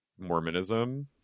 Mormonism